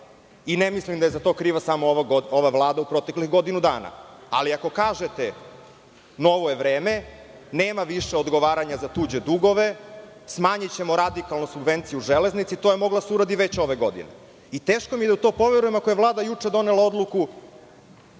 i ne mislim da je za to kriva samo ova Vlada u proteklih godinu dana. Ali, ako kažete – novo je vreme, nema više odgovaranja za tuđe dugove, smanjićemo radikalno subvenciju u Železnici, to je moglo da se uradi već ove godine. Teško mi je da u to poverujem, ako je Vlada juče donela odluku